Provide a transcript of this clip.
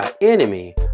enemy